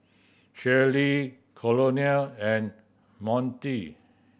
Shirlie Colonel and Monty